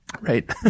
Right